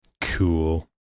cool